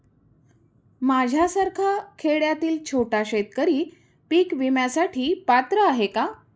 माझ्यासारखा खेड्यातील छोटा शेतकरी पीक विम्यासाठी पात्र आहे का?